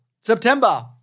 September